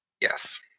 Yes